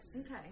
Okay